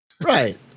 Right